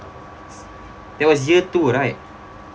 that was year two right